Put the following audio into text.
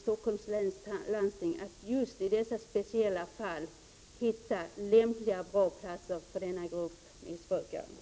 Stockholms läns landsting att just i dessa speciella fall försöka hitta lämpliga platser för denna grupp av missbrukare.